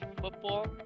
football